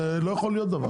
זה לא יכול להיות דבר כזה.